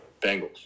Bengals